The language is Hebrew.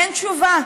אין תשובה.